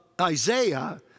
Isaiah